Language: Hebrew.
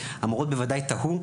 המורות בוודאי תהו,